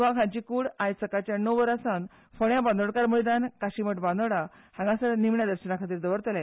वाघ हांची कूड आयज सकाळच्या णव वरां सावन फोंड्यां बांदोडकार मैदान काशीमठ बांदोड्या हांगासर निमाण्या दर्शना खातीर दवरतले